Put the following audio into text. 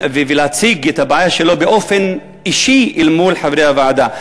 ולהציג את הבעיה שלו באופן אישי אל מול חברי הוועדה.